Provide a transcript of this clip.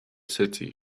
city